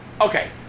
Okay